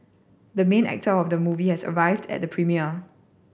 the mean actor of the movie has arrived at the premiere